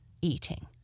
eating